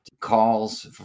calls